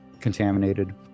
contaminated